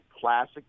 classic